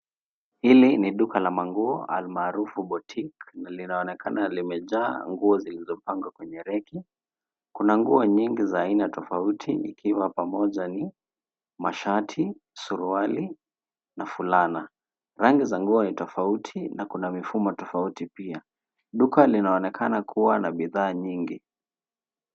Hili ni duka la manguo ali maarufu boutique na linaonekana limejaa nguo zilizo pangwa kwenye reki. Kuna nguo nyingi za aina tofauti ikiwa pamoja na mashati, suruali na vulana. Rangi za nguo ni tofauti na kuna mifumo tofauti pia. Duka linaonekana kuwa na bidhaa nyingi.